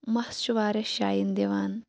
مَس چھُ واریاہ شاین دِوان